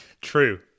True